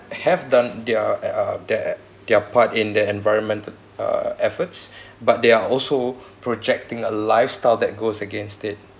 have done their uh their their part in the environmental uh efforts but they are also projecting a lifestyle that goes against it